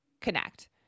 connect